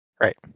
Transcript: Right